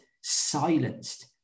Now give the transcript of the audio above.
silenced